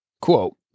Quote